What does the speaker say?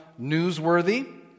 newsworthy